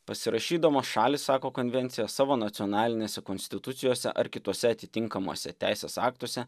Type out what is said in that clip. pasirašydamos šalys sako konvencijos savo nacionalinėse konstitucijose ar kituose atitinkamuose teisės aktuose